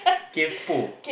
kaypo